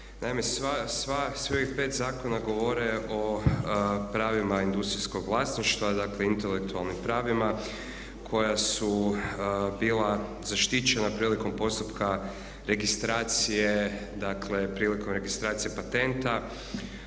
ovih 5 zakona govore o pravima industrijskog vlasništva, dakle intelektualnim pravima koja su bila zaštićena prilikom postupka registracije patenta